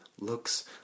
looks